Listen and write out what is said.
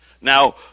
now